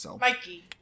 Mikey